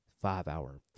Five-hour